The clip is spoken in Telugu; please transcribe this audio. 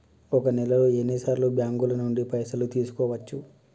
ఒక నెలలో ఎన్ని సార్లు బ్యాంకుల నుండి పైసలు తీసుకోవచ్చు?